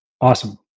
Awesome